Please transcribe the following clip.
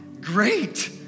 great